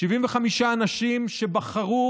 75 אנשים שבחרו